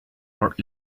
worth